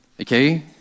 Okay